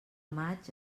maig